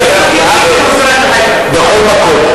לעיתונות,